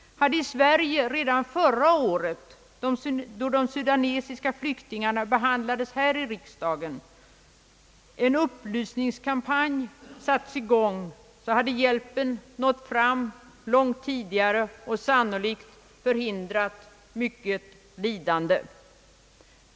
Hade i Sverige redan förra året, då frågan om de sudanesiska flyktingarna behandlades här i riksdagen, en upplysningskampanj satts i gång, skulle hjälpen ha nått fram långt tidigare och sannolikt förhindrat mycket lidande.